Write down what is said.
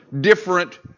different